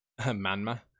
Manma